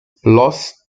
lost